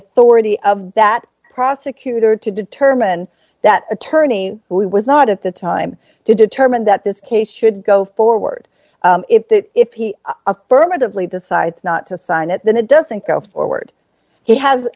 authority of that prosecutor to determine that attorney who was not at the time to determine that this case should go forward if that if he affirmatively decides not to sign it then it doesn't go forward he has